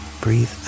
Breathe